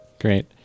Great